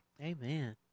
amen